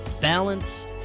balance